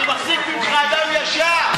אני מחזיק ממך אדם ישר,